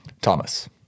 Thomas